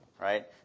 right